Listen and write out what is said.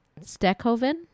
Steckhoven